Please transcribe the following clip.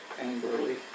Angrily